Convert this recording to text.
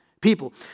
people